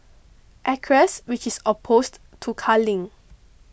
acres which is opposed to culling